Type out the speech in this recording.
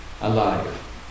alive